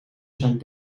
zijn